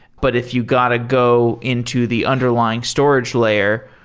but if you got to go into the underlying storage layer,